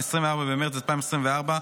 24 בדצמבר 2024,